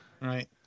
Right